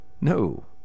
No